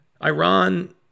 Iran